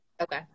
Okay